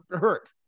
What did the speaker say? hurt